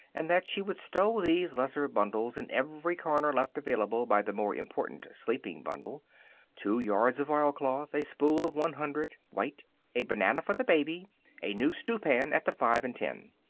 and that she would stow these lesser bundles in every corner left available by the more important sleeping bundle two yards of oilcloth a spool of one hundred, white a banana for the baby a new stewpan at the five-and-ten.